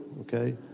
okay